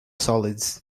solids